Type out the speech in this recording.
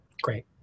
Great